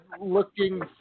looking